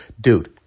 Dude